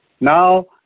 Now